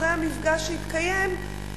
אחרי המפגש שהתקיים,